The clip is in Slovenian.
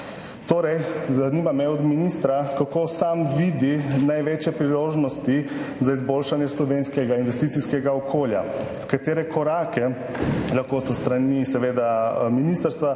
podjetja. Zanima me: Kako minister sam vidi največje priložnosti za izboljšanje slovenskega investicijskega okolja? Katere korake lahko s strani ministrstva